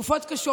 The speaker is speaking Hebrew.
בתקופות קשות,